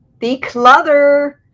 declutter